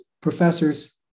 professors